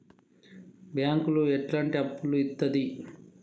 బ్యాంకులు ఎట్లాంటి అప్పులు ఇత్తది?